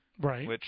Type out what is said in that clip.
Right